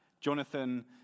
Jonathan